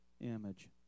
image